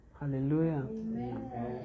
hallelujah